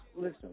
Listen